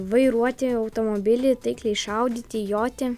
vairuoti automobilį taikliai šaudyti joti